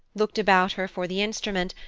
looked about her for the instrument,